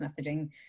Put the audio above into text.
messaging